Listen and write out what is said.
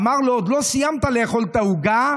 אמר לו: עוד לא סיימת לאכול את העוגה,